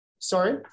Sorry